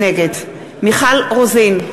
נגד מיכל רוזין,